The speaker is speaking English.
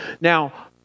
Now